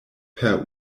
per